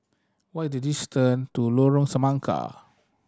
what is the distance to Lorong Semangka